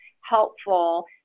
helpful